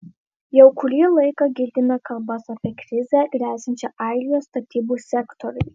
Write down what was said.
jau kurį laiką girdime kalbas apie krizę gresiančią airijos statybų sektoriui